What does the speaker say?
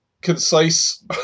concise